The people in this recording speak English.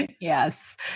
Yes